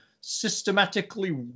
systematically